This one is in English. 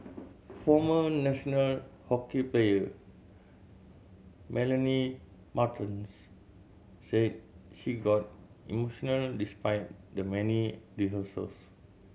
former national hockey player Melanie Martens said she got emotional despite the many rehearsals